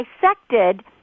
dissected